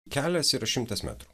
kelias yra šimtas metrų